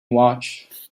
watch